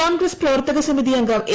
കോൺഗ്രസ് പ്രവർത്തക സമിതി അംഗം എ